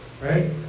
right